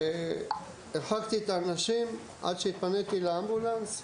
הרחקתי את האנשים עד שהתפניתי לאמבולנס,